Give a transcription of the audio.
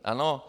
Ano?